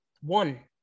One